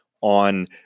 on